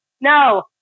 No